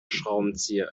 schraubenzieher